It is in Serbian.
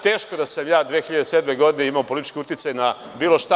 Teško da sam ja 2007. godine imao politički uticaj na bilo šta.